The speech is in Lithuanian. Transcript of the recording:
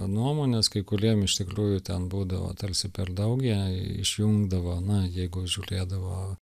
nuomones kai kuriem iš tikrųjų ten būdavo tarsi per daug jie išjungdavo na jeigu žiūrėdavo